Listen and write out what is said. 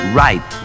right